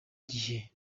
gihe